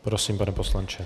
Prosím, pane poslanče.